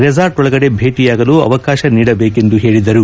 resort ಒಳಗಡೆ ಭೇಟಿಯಾಗಲು ಅವಕಾಶ ನೀಡಬೇಕೆಂದು ಹೇಳಿದರು